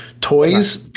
Toys